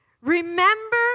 Remember